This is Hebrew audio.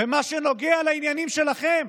במה שנוגע לעניינים שלכם,